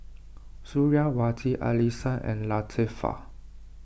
Suriawati Alyssa and Latifa